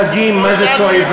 את המושגים מה זה תועבה,